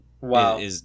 Wow